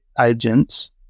agents